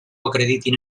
acreditin